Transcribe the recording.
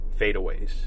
fadeaways